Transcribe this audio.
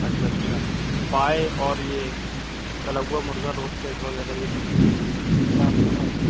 اچھا اچھا پائے اور یہ تلا ہوا مرغہ روسٹیڈ وغیرہ یہ سب چیزیں نہیں ملیں گی کیا آپ کے پاس